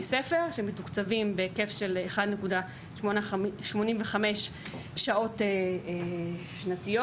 הספר שמתוקצבים בהיקף של 1.85 שעות שנתיות.